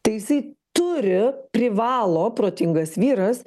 tai jisai turi privalo protingas vyras